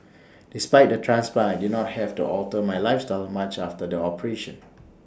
despite the transplant I did not have to alter my lifestyle much after the operation